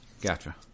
Gotcha